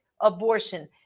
abortion